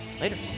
later